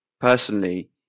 personally